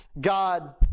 God